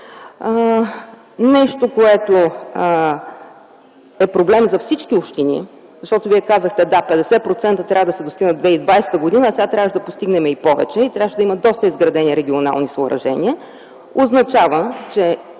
Нещо, което е проблем за всички общини, защото Вие казахте – да, 50% трябва да се достигнат до 2020 г., а сега трябваше да постигнем повече и да има изградени доста регионални съоръжения, означава, че